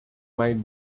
might